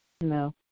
No